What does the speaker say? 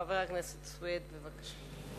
חבר הכנסת חנא סוייד, בבקשה.